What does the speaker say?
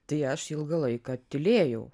tai aš ilgą laiką tylėjau